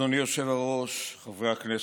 אדוני היושב-ראש, חברי הכנסת,